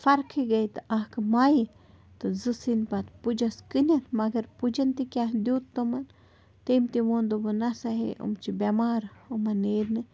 فرقٕے گٔے تہٕ اَکھ مۄیہِ تہٕ زٕ ژھٕنۍ پَتہٕ پُجَس کٕنِتھ مگر پُجَن تہِ کیٛاہ دیُت تِمَن تٔمۍ تہِ ووٚن دوٚپُن نَہ سا ہے یِم چھِ بٮ۪مار یِمَن نیرنہٕ